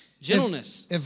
gentleness